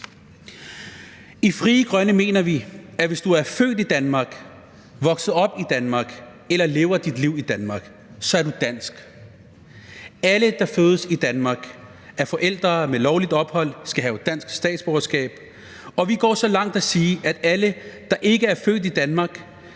I Frie Grønne mener vi, at hvis du er født i Danmark, vokset op i Danmark eller lever dit liv i Danmark, så er du dansk. Alle, der fødes i Danmark af forældre med lovligt ophold, skal have dansk statsborgerskab, og vi går så langt, at vi siger, at alle, der ikke er født i Danmark,